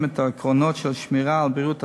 את העקרונות של שמירה על בריאות הציבור,